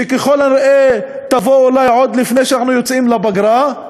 שככל הנראה תבוא עוד לפני שאנחנו יוצאים לפגרה,